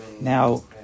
Now